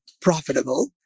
profitable